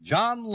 John